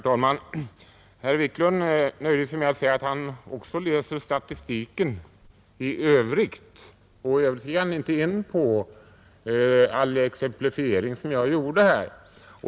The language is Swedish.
Herr talman! Herr Wiklund i Stockholm nöjde sig med att säga att också han läser statistiken i övrigt. Han gick dock inte in på all den exemplifiering jag gjorde.